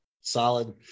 Solid